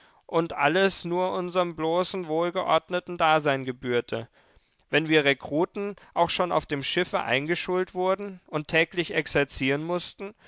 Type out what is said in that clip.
und alles nur unserm bloßen wohlgeordneten dasein gebührte wenn wir rekruten auch schon auf dem schiffe eingeschult wurden und täglich exerzieren mußten